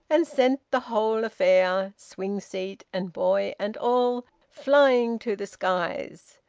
and sent the whole affair swing-seat and boy and all flying to the skies.